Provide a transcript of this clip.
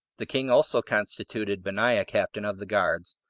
the king also constituted benaiah captain of the guards,